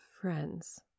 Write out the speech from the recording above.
friends